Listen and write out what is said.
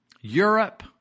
Europe